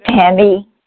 Penny